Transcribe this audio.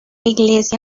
iglesia